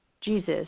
Jesus